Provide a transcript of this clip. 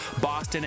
Boston